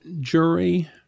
jury